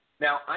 Now